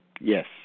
Yes